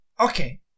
okay